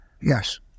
yes